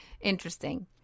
Interesting